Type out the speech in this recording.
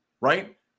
Right